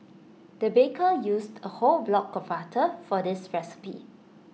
the baker used A whole block of butter for this recipe